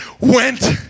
went